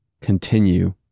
continue